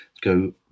go